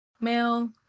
male